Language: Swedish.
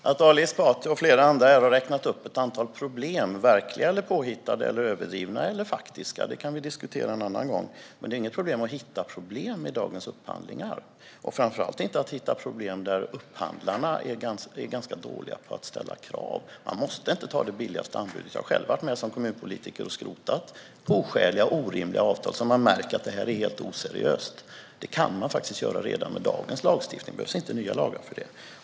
Herr talman! Ali Esbati och flera andra har räknat upp ett antal problem. Om de är verkliga, påhittade, överdrivna eller faktiska kan vi diskutera en annan gång. Det är dock ingen svårighet att hitta problem i dagens upphandlingar - framför allt inte att hitta problem där upphandlarna har varit dåliga på att ställa krav. Man måste inte ta det billigaste anbudet. Som kommunpolitiker har jag varit med och skrotat oskäliga avtal som var helt oseriösa. Det kan man faktiskt göra redan med dagens lagstiftning; det behövs inte nya lagar för det.